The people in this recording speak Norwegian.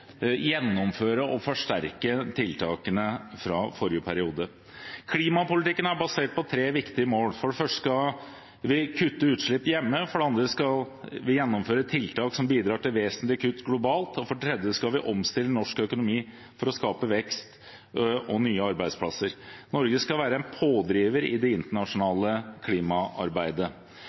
gjennomføre og forsterke tiltakene fra forrige periode. Klimapolitikken er basert på tre viktige mål. For det første skal vi kutte utslipp hjemme, for det andre skal vi gjennomføre tiltak som bidrar til vesentlige kutt globalt, og for det tredje skal vi omstille norsk økonomi for å skape vekst og nye arbeidsplasser. Norge skal være en pådriver i det internasjonale klimaarbeidet.